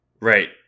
Right